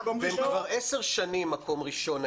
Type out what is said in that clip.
הם כבר עשר שנים מקום ראשון,